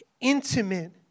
intimate